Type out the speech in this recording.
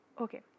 Okay